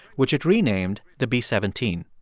which it renamed the b seventeen.